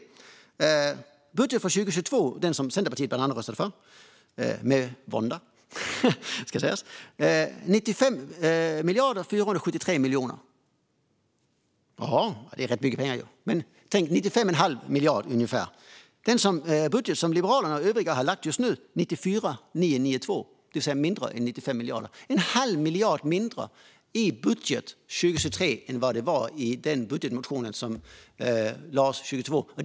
I budgeten för 2022, som bland andra Centerpartiet röstade för, med vånda, är beloppet 95 473 000 000. Det är rätt mycket pengar, 95 1⁄2 miljard ungefär. I den budget som Liberalerna och övriga nu har lagt fram är beloppet 94 992 000 000, det vill säga mindre än 95 miljarder. Det är en halv miljard mindre i budgeten 2023 än det var i den budgetmotion som lades fram 2022.